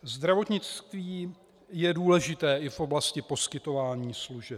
Zdravotnictví je důležité i v oblasti poskytování služeb.